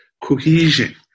cohesion